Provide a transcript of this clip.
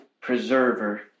preserver